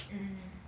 mm